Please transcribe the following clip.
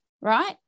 right